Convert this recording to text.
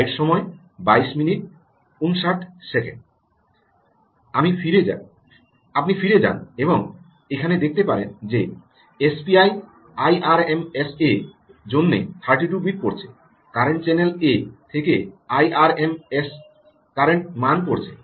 আপনি ফিরে যান এবং এখানে দেখতে পারেন যে এসপিআই আইআরএমএসএর জন্য 32 বিট পড়েছে কারেন্ট চ্যানেল এ থেকে আইআরএমএসটির কারেন্ট মান পড়েছে